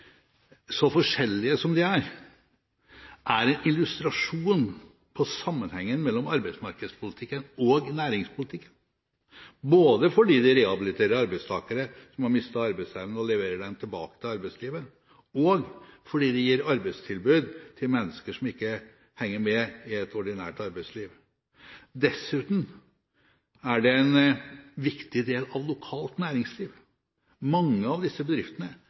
er en illustrasjon på sammenhengen mellom arbeidsmarkedspolitikk og næringspolitikk. Det er både fordi de rehabiliterer arbeidstakere som har mistet arbeidsevnen, og leverer dem tilbake til arbeidslivet, og også fordi de gir arbeidstilbud til mennesker som ikke henger med i et ordinært arbeidsliv. De er dessuten en viktig del av lokalt næringsliv; mange av disse bedriftene